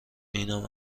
اینم